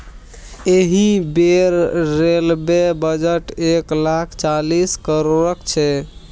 एहि बेर railway budget एक लाख चालीस करोड़क छै